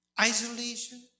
Isolation